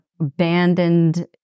abandoned